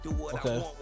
Okay